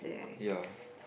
ya